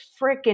freaking